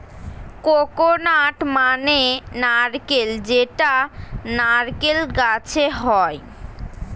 coconut মানে নারকেল যেটা নারকেল গাছে হয়